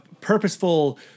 purposeful